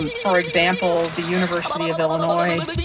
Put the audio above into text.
um for example, the university of illinois,